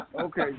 Okay